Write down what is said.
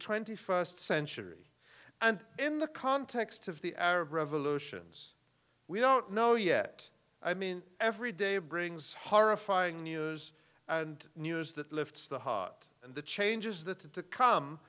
twenty first century and in the context of the arab revolutions we don't know yet i mean every day brings horrifying news and news that lifts the heart and the changes that have to come